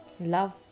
love